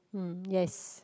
hmm yes